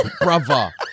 brother